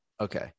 okay